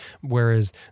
whereas